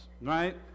right